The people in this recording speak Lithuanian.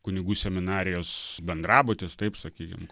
kunigų seminarijos bendrabutis taip sakykim